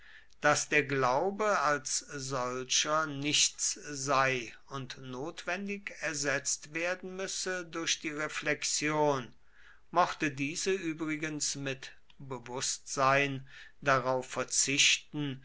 daß der glaube als solcher nichts sei und notwendig ersetzt werden müsse durch die reflexion mochte diese übrigens mit bewußtsein darauf verzichten